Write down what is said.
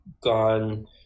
gone